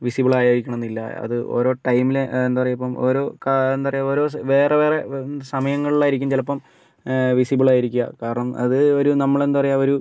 visible ആയിരിക്കണം എന്നില്ല അത് ഓരോ ടൈമില് എന്താ പറയുക ഇപ്പം ഓരോ കാ എന്താ പറയുക ഓരോ വേറെ വേറെ സമയങ്ങളിലായിരിക്കും ചിലപ്പം വിസിബൾ ആയിരിക്കുക കാരണം അത് ഒരു നമ്മളെന്താ പറയുക ഒരു